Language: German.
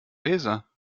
leser